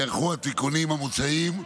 נערכו התיקונים המוצעים,